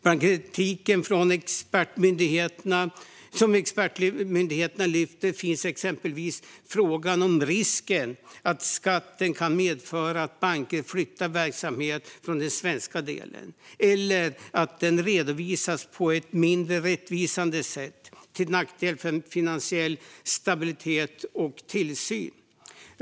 Bland den kritik som expertmyndigheterna lyfter finns exempelvis risken att skatten kan medföra att banker flyttar verksamhet från den svenska delen eller att den redovisas på ett mindre rättvisande sätt, till nackdel för finansiell stabilitet och tillsyn.